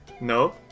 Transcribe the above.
No